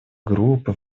группы